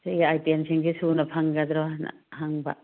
ꯁꯤꯒꯤ ꯑꯥꯏꯇꯦꯝꯁꯤꯡꯁꯦ ꯁꯨꯅ ꯐꯪꯒꯗ꯭ꯔꯣꯅ ꯍꯪꯕ